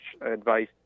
advice